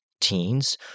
teens